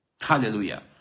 Hallelujah